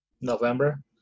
November